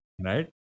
right